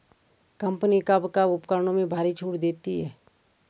Company कब कब उपकरणों में भारी छूट देती हैं?